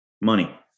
Money